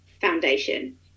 Foundation